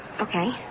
Okay